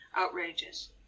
outrageous